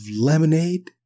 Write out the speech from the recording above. lemonade